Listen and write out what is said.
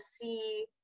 see